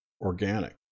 organic